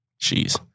Jeez